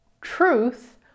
Truth